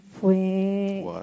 fue